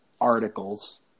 articles –